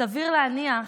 שסביר להניח,